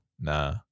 nah